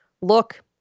look